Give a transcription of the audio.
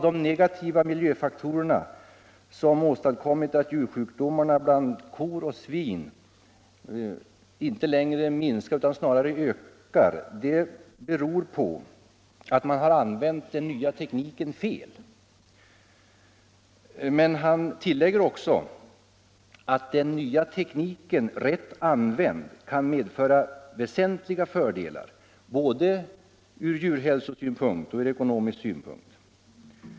djursjukdomarna bland kor och svin inte längre minskar utan ökar, beror på att man har använt den nya tekniken fel. Men han tillägger att den nya tekniken rätt använd kan medföra väsentliga fördelar både ur djurhälsosynpunkt och ur ekonomisk synpunkt.